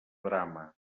brama